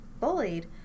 bullied